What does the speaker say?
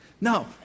No